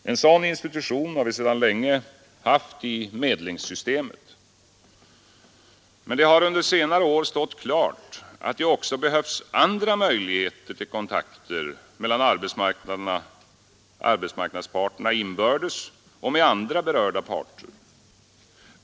En sådan institution har vi sedan länge haft i medlingssystemet. Men det har under senare år stått klart, att det också behövs andra möjligheter till kontakter mellan arbetsmarknadsparterna inbördes och med andra berörda parter.